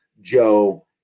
Joe